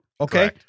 Okay